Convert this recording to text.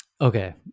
Okay